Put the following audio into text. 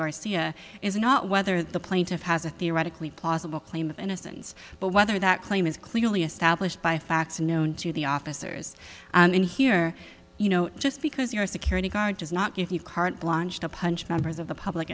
garcia is not whether the plaintiff has a theoretically plausible claim of innocence but whether that claim is clearly established by facts known to the officers and here you know just because you're a security guard does not give you carte blanche to punch members of the public